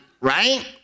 right